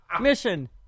mission